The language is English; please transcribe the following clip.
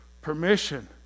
permission